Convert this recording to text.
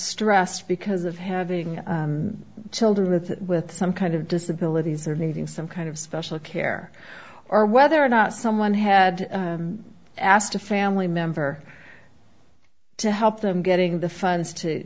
stressed because of having children with with some kind of disability or needing some kind of special care or whether or not someone had asked a family member to help them getting the funds to